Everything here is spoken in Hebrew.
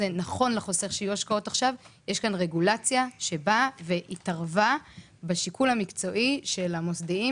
יש רגולציה שהתערבה בשיקול המקצועי של המוסדיים,